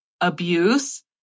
abuse